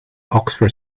oxford